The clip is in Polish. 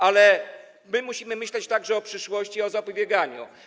Ale my musimy myśleć także o przyszłości i o zapobieganiu.